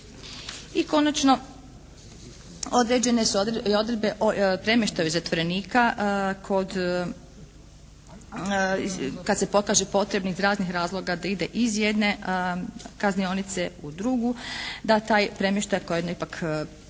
I konačno, određene su i odredbe o premještaju zatvorenika kad se pokaže potreba iz raznih razloga da ide iz jedne kaznionice u drugu da taj premještaj koje je jedno ipak pitanje